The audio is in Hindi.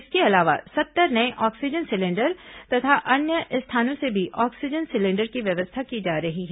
इसके अलावा सत्तर नये ऑक्सीजन सिलेंडर तथा अन्य स्थानों से भी ऑक्सीजन सिलेंडर की व्यवस्था की जा रही है